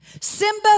Simba